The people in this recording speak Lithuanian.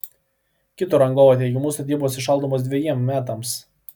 kito rangovo teigimu statybos įšaldomos dvejiem metams